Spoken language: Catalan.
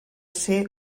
ser